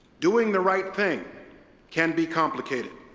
doing the right thing can be complicated.